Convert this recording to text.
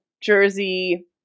jersey